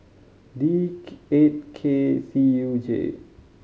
D eight K C U J